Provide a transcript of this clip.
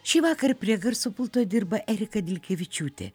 šįvakar prie garso pulto dirba erika dilkevičiūtė